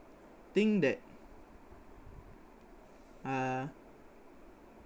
think that uh